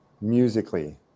musically